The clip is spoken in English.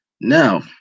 Now